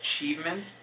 achievement